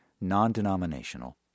non-denominational